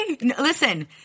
Listen